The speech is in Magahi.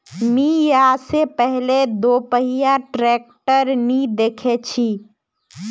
मी या से पहले दोपहिया ट्रैक्टर नी देखे छी